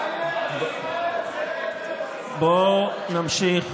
בואו נמשיך,